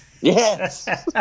Yes